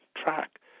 track